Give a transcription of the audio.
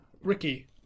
Ricky